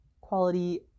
quality